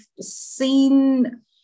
seen